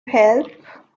help